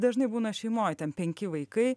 dažnai būna šeimoj ten penki vaikai